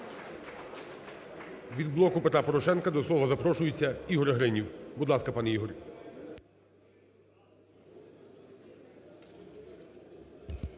Від "Блоку Петра Порошенка" до слова запрошується Ігор Гринів. Будь ласка, пане Ігор.